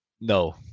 no